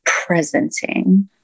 presenting